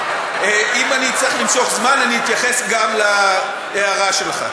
אם אני אצטרך למשוך זמן אני אתייחס גם להערה שלך,